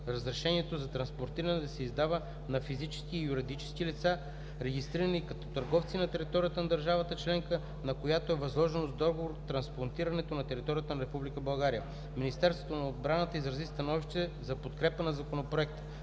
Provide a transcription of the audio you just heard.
разрешението за транспортиране да се издава на физически и юридически лица, регистрирани като търговци на територията на държава членка, на които е възложено с договор транспортирането на територията на Република България. Министерството на отбраната изрази становище за подкрепа на Законопроекта.